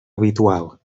habitual